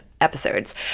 episodes